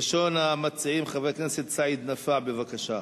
ראשון המציעים, חבר הכנסת סעיד נפאע, בבקשה.